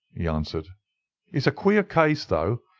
he answered it's a queer case though,